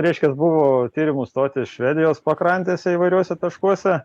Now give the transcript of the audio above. reiškias buvo tyrimų stotis švedijos pakrantėse įvairiuose taškuose